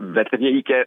bet reikia